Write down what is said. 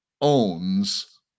owns